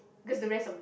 cause the rest of